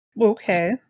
okay